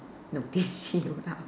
notice you lah